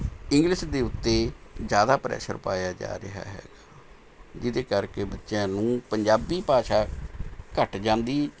English ਦੇ ਉੱਤੇ ਜ਼ਿਆਦਾ ਪ੍ਰੈਸ਼ਰ ਪਾਇਆ ਜਾ ਰਿਹਾ ਹੈ ਜਿਹਦੇ ਕਰਕੇ ਬੱਚਿਆਂ ਨੂੰ ਪੰਜਾਬੀ ਭਾਸ਼ਾ ਘੱਟ ਜਾਂਦੀ